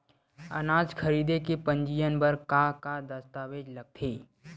अनाज खरीदे के पंजीयन बर का का दस्तावेज लगथे?